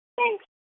Thanks